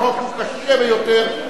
החוק הוא קשה ביותר,